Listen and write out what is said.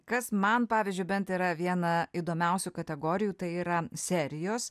kas man pavyzdžiui bent yra viena įdomiausių kategorijų tai yra serijos